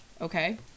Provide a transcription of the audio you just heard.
Okay